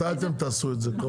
מתי אתם תעשו את זה?